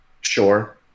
sure